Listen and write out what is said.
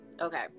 Okay